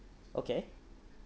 okay